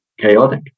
chaotic